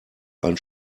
ein